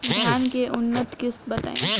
धान के उन्नत किस्म बताई?